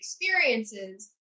experiences